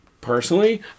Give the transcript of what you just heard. Personally